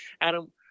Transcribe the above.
Adam